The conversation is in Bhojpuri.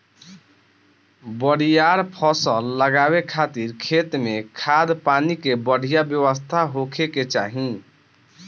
बरियार फसल लगावे खातिर खेत में खाद, पानी के बढ़िया व्यवस्था होखे के चाही